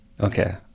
Okay